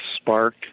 spark